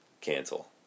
cancel